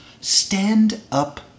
stand-up